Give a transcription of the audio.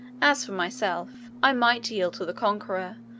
as for myself, i might yield to the conqueror,